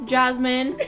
Jasmine